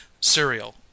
Serial